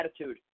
attitude